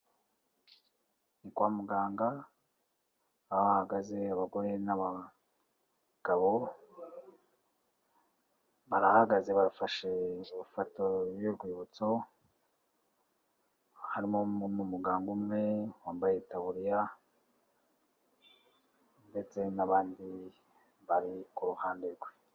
Ni kwa muganga, Aho hagaze abagore n'abagabo, barahagaze, bafashe ifoto y'urwibutso, harimo n'umuganga umwe wambaye itaburiya ndetse n'abandi bari ku ruhande rwe.